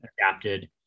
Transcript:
adapted